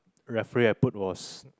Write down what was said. referee I put was